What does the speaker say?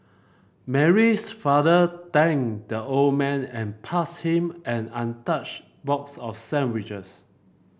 Mary's father thanked the old man and passed him an untouched box of sandwiches